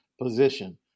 position